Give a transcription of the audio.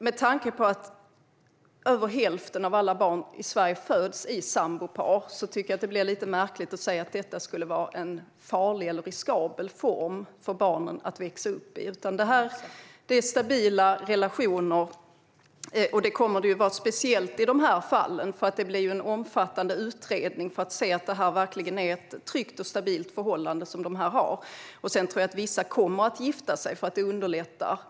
Med tanke på att över hälften av alla barn i Sverige föds i sambopar blir det lite märkligt att säga att det skulle vara en farlig eller riskabel form för barnen att växa upp i. Det är stabila relationer. Det kommer det att vara speciellt i dessa fall. Det blir en omfattande utredning för att se att det verkligen är ett tryggt och stabilt förhållande som de har. Sedan tror jag att vissa kommer att gifta sig för att det underlättar.